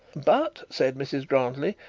but, said mrs grantly,